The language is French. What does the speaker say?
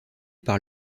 par